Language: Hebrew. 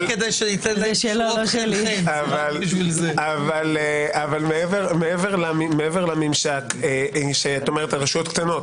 אבל מעבר לממשק, רשויות קטנות.